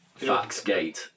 Faxgate